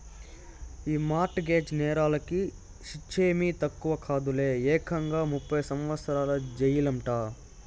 ఈ mortgage నేరాలకి శిచ్చేమీ తక్కువ కాదులే, ఏకంగా ముప్పై సంవత్సరాల జెయిలంట